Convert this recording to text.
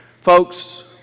Folks